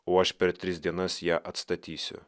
o aš per tris dienas ją atstatysiu